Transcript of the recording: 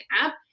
app